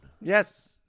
Yes